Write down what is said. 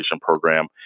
program